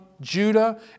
Judah